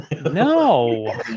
No